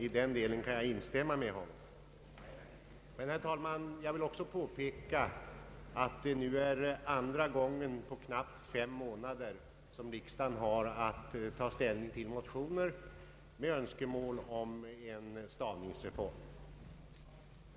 Emellertid vill jag också påpeka att det är andra gången på knappt fem månader som riksdagen har att ta ställning till motioner med önskemål om en stavningsreform.